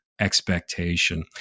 expectation